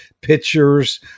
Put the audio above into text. pictures